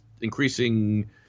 increasing